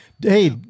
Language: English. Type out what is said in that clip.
Hey